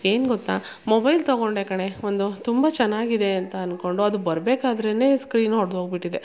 ಏನು ಗೊತ್ತಾ ಮೊಬೈಲ್ ತಗೊಂಡೆ ಕಣೆ ಒಂದು ತುಂಬ ಚೆನ್ನಾಗಿದೆ ಅಂತ ಅಂದ್ಕೊಂಡು ಅದು ಬರಬೇಕಾದ್ರೇನೇ ಸ್ಕ್ರೀನ್ ಒಡ್ದೋಗ್ಬಿಟ್ಟಿದೆ